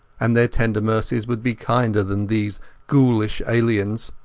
and their tender mercies would be kinder than these ghoulish aliens.